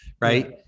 Right